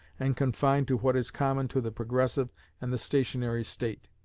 and confined to what is common to the progressive and the stationary state.